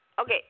Okay